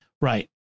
Right